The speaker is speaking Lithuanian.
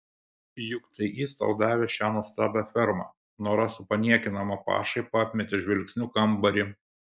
juk tai jis tau davė šią nuostabią fermą nora su paniekinama pašaipa apmetė žvilgsniu kambarį